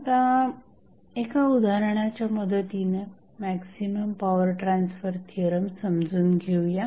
आता एका उदाहरणाच्या मदतीने मॅक्झिमम पॉवर ट्रान्सफर थिअरम समजून घेऊया